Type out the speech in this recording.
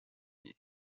ier